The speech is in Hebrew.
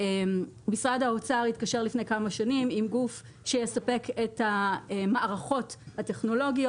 משרד האוצר התקשר לפני כמה שנים עם גוף שיספק את המערכות הטכנולוגיות,